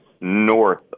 north